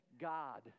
God